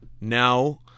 Now